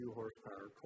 horsepower